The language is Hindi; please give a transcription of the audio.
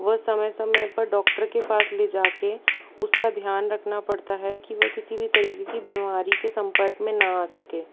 व समय समय पर डॉक्टर के पास ले जाकर उसका ध्यान रखना पड़ता है कि वह किसी भी तरीके की बीमारी के सम्पर्क में न आ सके